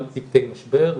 גם צוותי משבר,